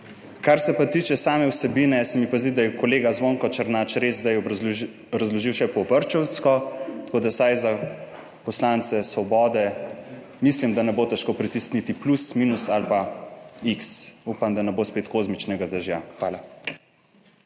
Kar se pa tiče same vsebine, se mi pa zdi, da je kolega Zvonko Černač res zdaj razložil še po vrtčevsko. Tako, da vsaj za poslance svobode mislim, da ne bo težko pritisniti plus, minus ali pa x. Upam, da ne bo spet kozmičnega dežja. Hvala.